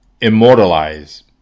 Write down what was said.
immortalize